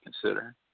consider